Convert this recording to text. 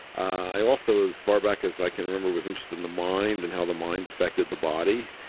i also as far back as i can remember, was interested in the mind and how the mind affected the body.